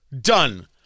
Done